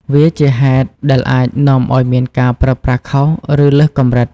វាជាហេតុ ដែលអាចនាំឱ្យមានការប្រើប្រាស់ខុស ឬលើសកម្រិត។